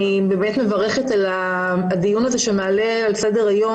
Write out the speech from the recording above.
אני באמת מברכת על הדיון הזה שמעלה על סדר היום